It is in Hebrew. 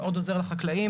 שמאוד עוזר לחקלאים.